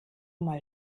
mal